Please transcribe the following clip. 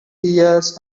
pears